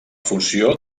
funció